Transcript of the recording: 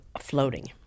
floating